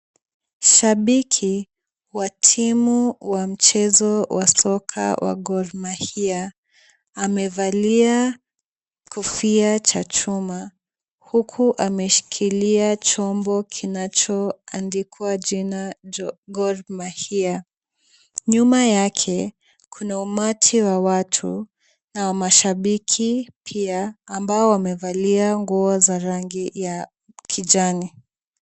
Shabiki wa timu wa mchezo wa soka wa Gor mahia amevalia kofia cha chuma huku ameshikilia chombo kinachoandikwa jina Gor mahia. Nyuma yake kuna umati wa watu na mashabiki pia ambao wamevalia nguo za rangi ya kijani.